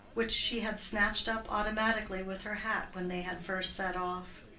which she had snatched up automatically with her hat when they had first set off.